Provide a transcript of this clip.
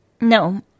No